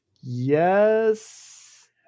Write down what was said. Yes